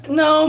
no